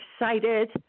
excited